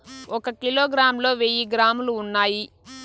ఒక కిలోగ్రామ్ లో వెయ్యి గ్రాములు ఉన్నాయి